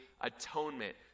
atonement